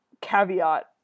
caveat